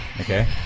Okay